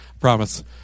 Promise